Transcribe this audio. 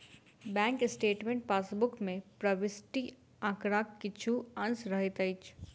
bank statement passbook मे प्रविष्ट आंकड़ाक किछु अंश रहैत अछि